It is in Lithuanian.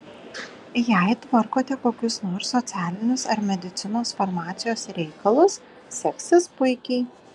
jei tvarkote kokius nors socialinius ar medicinos farmacijos reikalus seksis puikiai